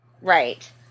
Right